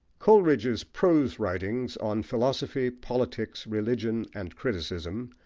coleridge's prose writings on philosophy, politics, religion, and criticism,